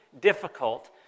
difficult